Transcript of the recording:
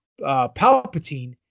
Palpatine